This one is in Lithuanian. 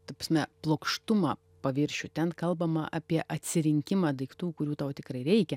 ta pasme plokštumą paviršių ten kalbama apie atsirinkimą daiktų kurių tau tikrai reikia